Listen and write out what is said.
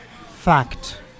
fact